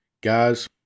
Guys